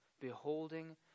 beholding